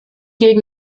gegen